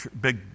big